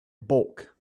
bulk